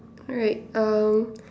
alright um